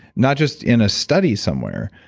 not just in a study somewhere,